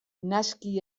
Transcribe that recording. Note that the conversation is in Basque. naski